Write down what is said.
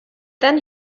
then